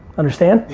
understand?